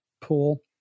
pool